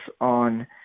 on